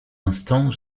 instant